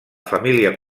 família